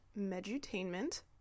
medutainment